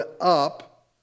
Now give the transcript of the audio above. up